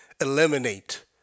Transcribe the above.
eliminate